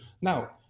Now